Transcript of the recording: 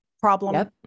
problem